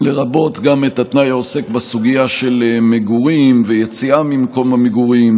לרבות התנאי שעוסק בסוגיה של מגורים ויציאה ממקום המגורים,